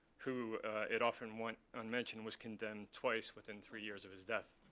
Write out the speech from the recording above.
who it often went unmentioned was condemned twice within three years of his death,